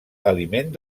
aliment